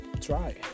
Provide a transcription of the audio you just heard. try